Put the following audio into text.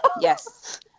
yes